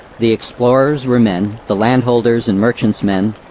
the explorers were men, the landholders and merchants' men,